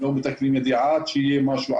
לא מתקנים את זה עד שיהיה משהו,